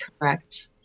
Correct